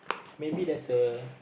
maybe there's a